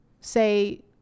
say